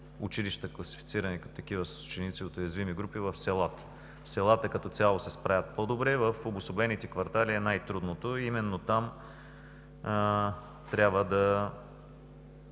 училища, класифицирани като такива, с ученици от уязвими групи в селата. Селата като цяло се справят по-добре. В обособените квартали е най-трудното – именно там трябва да